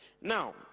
Now